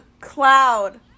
Cloud